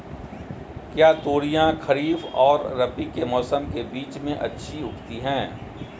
क्या तोरियां खरीफ और रबी के मौसम के बीच में अच्छी उगती हैं?